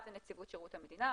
אחד זה נציבות שירות המדינה,